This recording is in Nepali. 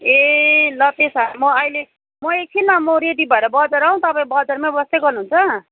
ए ल त्यसो भए म अहिले म एकछिनमा म रेडी भएर बजार आउँ तपाईँ बजारमै बस्दै गर्नुहुन्छ